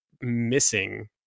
missing